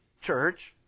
church